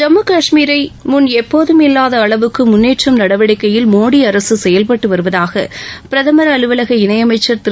ஜம்மு கஷ்மீரை முன் எப்போதும் இல்லாத அளவுக்கு முன்னேற்றும் நடவடிக்கையில் மோடி அரசு செயல்பட்டு வருவதாக பிரதமா் அலுவலகத்திற்கான மத்திய இணையமைச்சா் திரு